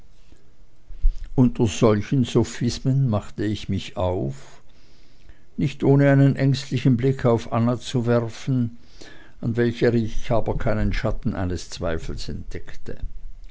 unter solchen sophismen machte ich mich auf nicht ohne einen ängstlichen blick auf anna zu werfen an welcher ich aber keinen schatten eines zweifels entdeckte